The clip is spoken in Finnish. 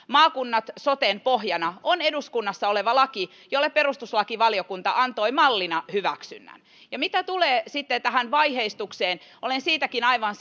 maakunnat soten pohjana on eduskunnassa olevassa laissa jolle perustuslakivaliokunta antoi mallina hyväksynnän ja mitä tulee sitten tähän vaiheistukseen olen siitäkin aivan